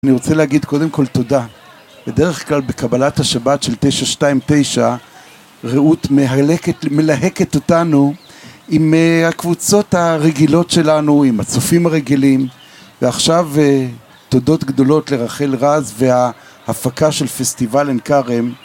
אני רוצה להגיד קודם כל תודה. בדרך כלל בקבלת השבת של 929, רעות מלהקת אותנו עם הקבוצות הרגילות שלנו, עם הצופים הרגילים, ועכשיו תודות גדולות לרחל רז וההפקה של פסטיבל עין כרם.